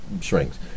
shrinks